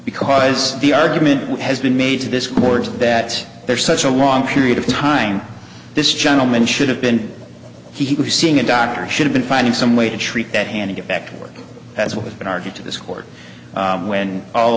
because the argument has been made to this corps that there is such a long period of time this gentleman should have been he was seeing a doctor should have been finding some way to treat that hand to get back to work as what has been argued to this court when all